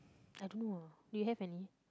I don't know uh do you have any